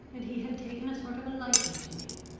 and he had taken a sort of a liking to me.